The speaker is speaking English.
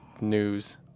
news